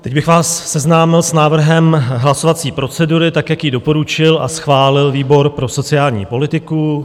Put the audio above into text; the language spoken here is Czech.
Teď bych vás seznámil s návrhem hlasovací procedury tak, jak ji doporučil a schválil výbor pro sociální politiku.